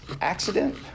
accident